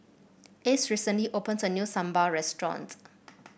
Ace recently opened a new Sambar Restaurant